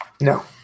No